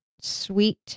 sweet